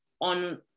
on